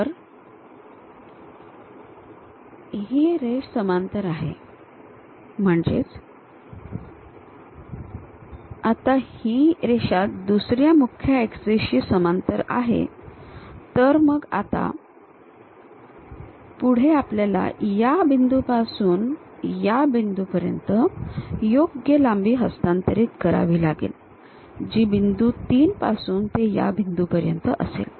तर ही रेषा समांतर आहे म्हणजेच आता ही रेषा दुसर्या मुख्य ऍक्सिस शी समांतर आहे तर मग आता पुढे आपल्याला या बिंदूपासून या बिंदूपर्यंत योग्य लांबी हस्तांतरित करावी लागेल जी बिंदू ३ पासून ते या बिंदू पर्यंत असेल